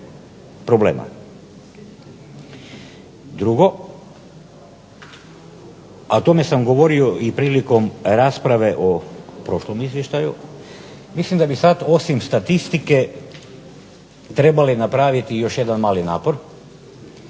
problema. Drugo, a o tome sam govorio i prilikom rasprave o prošlom izvještaju, mislim da bi sad osim statistike trebali napraviti još jedan mali napor